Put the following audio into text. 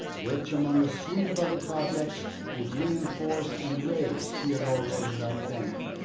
which among a suite of other projects would re-enforce and raise theodore roosevelt dam